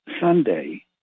Sunday